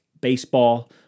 baseball